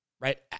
right